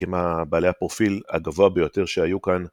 עם הבעלי הפרופיל הגבוה ביותר שהיו כאן